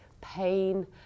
pain